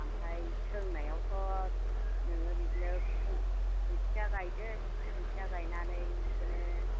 ओमफ्राय सोंनायावथ' नोङो बिदिनो खुन्थिया गायदो खुन्थिया गायनानै बिदिनो